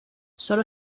sólo